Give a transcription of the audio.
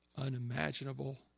unimaginable